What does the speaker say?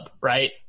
right